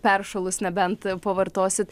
peršalus nebent pavartosit